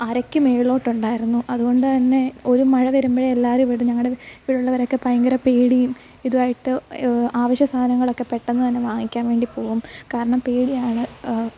അരയ്ക്ക് മേളിലോട്ടു ഉണ്ടായിരുന്നു അതുകൊണ്ട് തന്നെ ഒരു മഴ വരുമ്പോഴേ എല്ലാരും ഇവിടെ ഞങ്ങളുടെ ഇവിടെ ഉള്ളവരൊക്കെ ഭയങ്കര പേടിയും ഇതുമായിട്ട് ആവശ്യ സാധനങ്ങളൊക്കെ പെട്ടെന്നു തന്നെ വാങ്ങിക്കാൻ വേണ്ടി പോവും കാരണം പേടിയാണ്